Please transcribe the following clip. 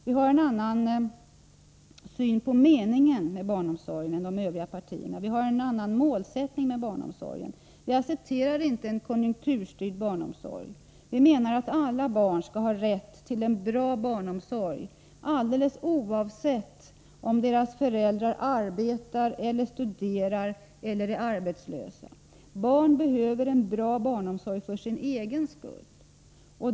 Vi har även en annan målsättning med barnomsorgen. Vi accepterar inte en konjunkturstyrd barnomsorg. Vi menar att alla barn skall ha rätt till en bra barnomsorg, alldeles oavsett om deras föräldrar arbetar, studerar eller är arbetslösa. Barn behöver en bra barnomsorg för sin egen skull.